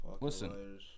Listen